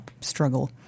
struggle